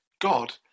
God